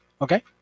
Okay